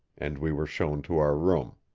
and we were shown to our room.